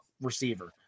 receiver